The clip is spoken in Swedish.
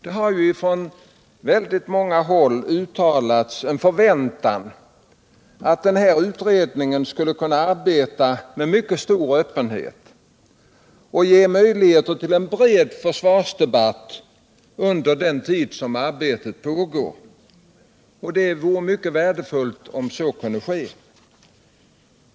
Det har från många olika håll uttalats en förväntan om att den här utredningen skulle kunna arbeta med stor öppenhet och ge möjligheter till en bred försvarsdebatt under den tid som arbetet pågår. Och det vore mycket värdefullt om så kunde ske.